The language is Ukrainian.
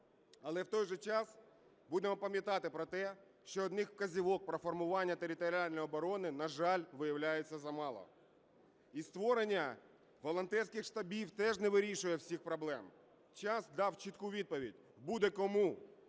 Але в той же час будемо пам'ятати про те, що одних вказівок про формування територіальної оборони, на жаль, виявляється замало і створення волонтерських штабів теж не вирішує всіх проблем. Час дав чітку відповідь – буде кому.